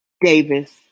Davis